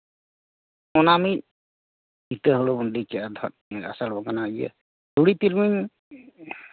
ᱚᱱᱟ ᱢᱤᱫ ᱤᱛᱟᱹ ᱦᱩᱲᱩ ᱵᱚᱱ ᱞᱟᱭ ᱠᱮᱫᱟ ᱟᱥᱟᱲ ᱵᱚᱸᱜᱟ ᱤᱭᱟᱹ ᱛᱩᱲᱤ ᱛᱤᱞᱢᱤᱧ